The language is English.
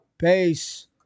Peace